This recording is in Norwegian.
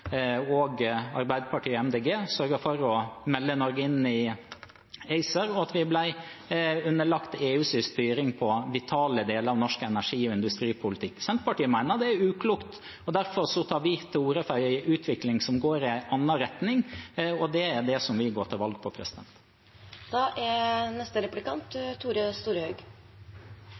Arbeiderpartiet og MDG sørget for å melde Norge inn i ACER, slik at vi ble underlagt EUs styring på vitale deler av norsk energi- og industripolitikk. Senterpartiet mener det er uklokt, og derfor tar vi til orde for en utvikling som går i en annen retning. Det er det vi går til valg på.